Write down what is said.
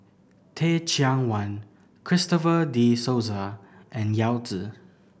Teh Cheang Wan Christopher De Souza and Yao Zi